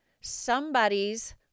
somebody's